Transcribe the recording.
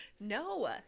No